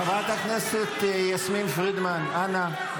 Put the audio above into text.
חבר הכנסת כהן, אל תענה לי.